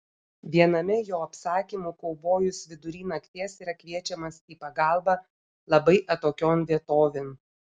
viename jo apsakymų kaubojus vidury nakties yra kviečiamas į pagalbą labai atokion vietovėn